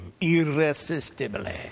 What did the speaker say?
irresistibly